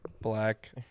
black